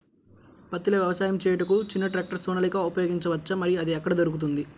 పత్తిలో వ్యవసాయము చేయుటకు చిన్న ట్రాక్టర్ సోనాలిక ఉపయోగించవచ్చా మరియు అది ఎక్కడ దొరుకుతుంది?